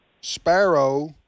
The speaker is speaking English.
sparrow